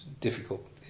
difficult